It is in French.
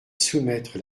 soumettre